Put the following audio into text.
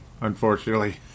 unfortunately